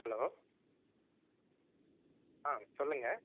hello ஆ சொல்லுங்க